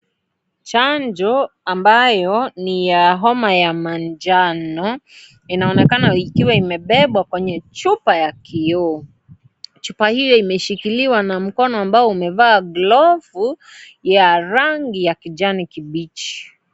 Chanjo ambayo ni ya homa ya manjano inaonekana ikiwa imebebwa kwenye chupa ya kioo, chupa hiyo imeshikiliwa na mkono amabo umevaa glovu ya rangi ya kijani kibichi.